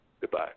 Goodbye